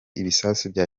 ibisasu